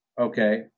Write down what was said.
Okay